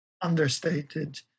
understated